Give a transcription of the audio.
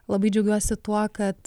labai džiaugiuosi tuo kad